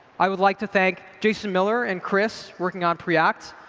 i would like to thank jason miller and chris, working on preact.